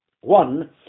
One